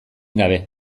gabe